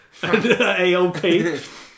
AOP